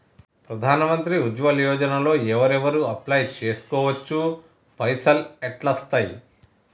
ప్రధాన మంత్రి ఉజ్వల్ యోజన లో ఎవరెవరు అప్లయ్ చేస్కోవచ్చు? పైసల్ ఎట్లస్తయి?